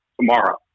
tomorrow